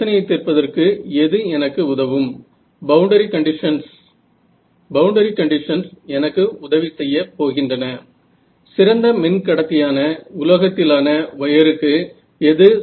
विद्यार्थी integral equations सोडून दुसरी कोणती पद्धत वापरू शकतो का